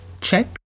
Check